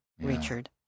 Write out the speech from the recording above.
Richard